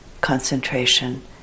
concentration